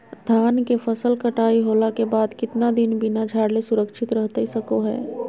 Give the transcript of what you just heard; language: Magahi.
धान के फसल कटाई होला के बाद कितना दिन बिना झाड़ले सुरक्षित रहतई सको हय?